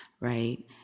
right